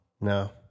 No